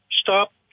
stop